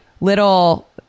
little